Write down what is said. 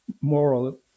moral